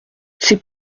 c’est